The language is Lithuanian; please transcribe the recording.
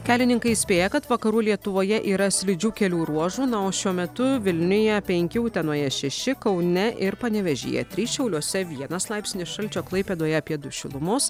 kelininkai įspėja kad vakarų lietuvoje yra slidžių kelių ruožų na o šiuo metu vilniuje penki utenoje šeši kaune ir panevėžyje trys šiauliuose vienas laipsnis šalčio klaipėdoje apie du šilumos